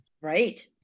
right